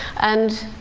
and